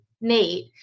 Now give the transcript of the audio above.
Nate